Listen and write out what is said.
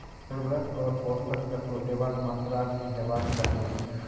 उर्वरक आर पोसक तत्व देवाक मात्राकी हेवाक चाही?